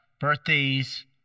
birthdays